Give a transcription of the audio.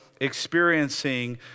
experiencing